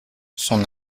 son